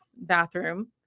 bathroom